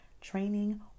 training